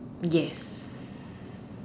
yes